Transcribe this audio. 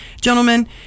gentlemen